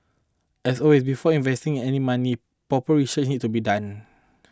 as always before investing any money proper research needs to be done